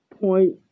point